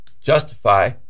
justify